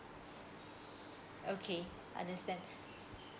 okay understand